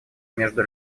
между